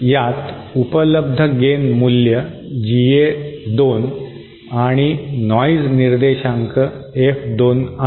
यात उपलब्ध गेन मूल्य जीए 2 आणि नॉइज निर्देशांक एफ2 आहे